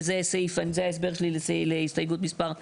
וזה ההסבר שלי להסתייגות מספר 33,